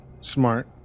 smart